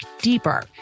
deeper